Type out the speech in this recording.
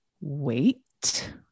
wait